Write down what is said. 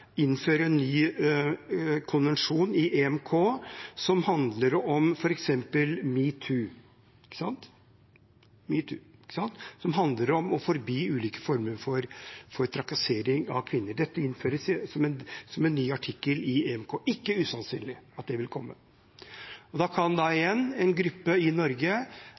en ny konvensjon i EMK som handler om f.eks. metoo, som handler om å forby ulike former for trakassering av kvinner. Dette innføres som en ny artikkel i EMK – det er ikke usannsynlig at det vil komme. Da kan en gruppe i Norge